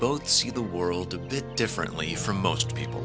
both see the world to bit differently for most people